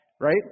right